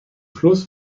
schluss